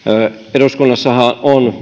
eduskunnassahan on